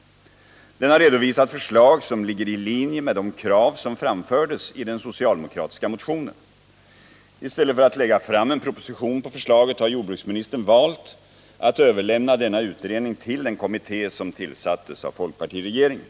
Utredningen har redovisat förslag som ligger i linje med de krav som framfördes i den socialdemokratiska motionen. I stället för att lägga fram en proposition grundad på förslaget har jordbruksministern överlämnat denna utredning till den kommitté som tillsattes av folkpartiregeringen.